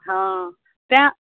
हँ तेॅं